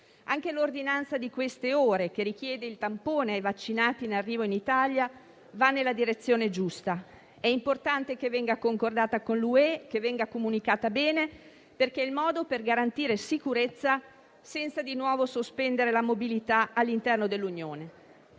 Anche l'ordinanza delle ultime ore che richiede il tampone ai vaccinati in arrivo in Italia va nella direzione giusta. È importante che essa venga concordata con l'Unione europea e comunicata bene, perché è il modo per garantire sicurezza senza di nuovo sospendere la mobilità all'interno dell'Unione.